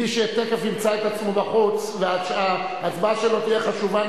מי שתיכף ימצא את עצמו בחוץ וההצבעה שלו תהיה חשובה,